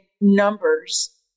numbers